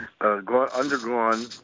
undergone